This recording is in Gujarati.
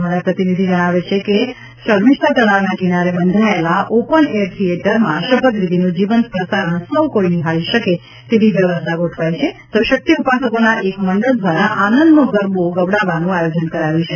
અમારા પ્રતિનિધિ જણાવે છે કે શર્મિષ્ઠા તળાવના કિનારે બંધાયેલા ઓપનએર થિયેટરમાં શપથવિધિનું જીવંત પ્રસારણ સૌકોઈ નીહાળી શકે તેવી વ્યવસ્થા ગોઠવાઈ છે તો શક્તિ ઉપાસકોના એક મંડળ દ્વારા આનંદનો ગરબો ગવડાવવાનું આયોજન કરાયું છે